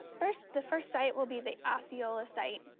ah first, the first site will be the osceola site,